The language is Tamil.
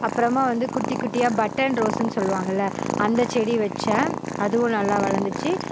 அப்புறமா வந்து குட்டி குட்டியாக பட்டன் ரோஸ்னு சொல்லுவாங்கள அந்த செடி வச்சேன் அதுவும் நல்லா வளர்ந்துச்சி